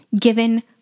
given